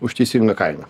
už teisingą kainą